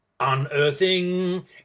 unearthing